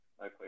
Okay